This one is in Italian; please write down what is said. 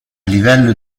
livello